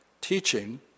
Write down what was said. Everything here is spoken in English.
teaching